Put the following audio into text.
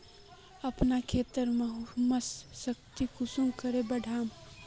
अपना खेतेर ह्यूमस शक्ति कुंसम करे बढ़ाम?